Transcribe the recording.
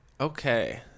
Okay